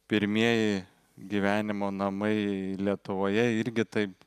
pirmieji gyvenimo namai lietuvoje irgi taip